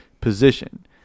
position